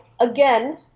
again